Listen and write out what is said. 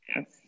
Yes